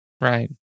Right